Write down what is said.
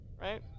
right